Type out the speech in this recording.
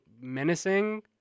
menacing